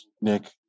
Nick